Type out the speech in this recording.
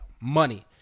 Money